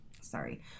Sorry